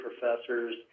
professors